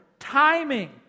timing